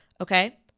Okay